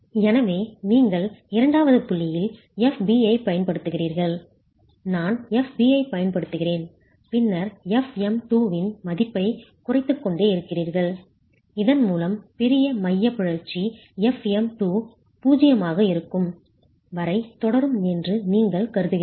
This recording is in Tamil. எனவே நீங்கள் இரண்டாவது புள்ளியில் Fb ஐப் பயன்படுத்துகிறீர்கள் நான் Fb ஐப் பயன்படுத்துகிறேன் பின்னர் fm2 இன் மதிப்பைக் குறைத்துக்கொண்டே இருக்கிறீர்கள் இதன் மூலம் பெரிய eccentricity மைய பிறழ்ச்சி fm2 0 ஆக இருக்கும் வரை தொடரும் என்று நீங்கள் கருதுகிறீர்கள்